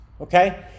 Okay